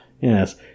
Yes